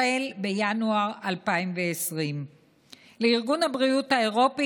החל בינואר 2020. לארגון הבריאות האירופי